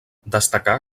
destacà